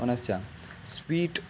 पुनश्च स्वीट्